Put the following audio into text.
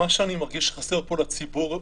מה שאני מרגיש שחסר לציבור,